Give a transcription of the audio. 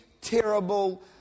terrible